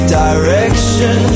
direction